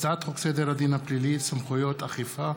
הצעת החוק לתיקון דיני הבחירות לרשויות המקומיות (תיקוני חקיקה),